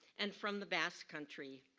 and from the basque country.